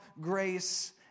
grace